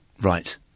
Right